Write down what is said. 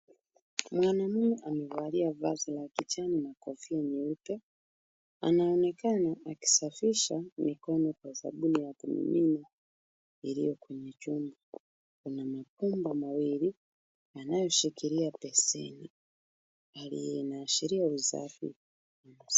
Mwanaume amevalia mavazi ya kijani, kofia nyeupe, anaonekana akisafisha mikono kwa sabuni iliyo kwenye chupa kwenye makungo mawili anayoshikilia beseni anaashiria usafi.